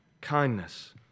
kindness